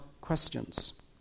questions